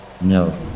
No